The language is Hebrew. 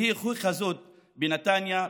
היא הוכיחה זאת בנתניה,